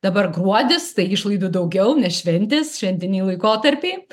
dabar gruodis tai išlaidų daugiau nes šventės šventiniai laikotarpiai